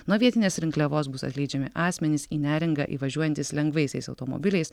nuo vietinės rinkliavos bus atleidžiami asmenys į neringą įvažiuojantys lengvaisiais automobiliais